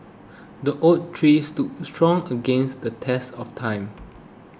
the oak tree stood strong against the test of time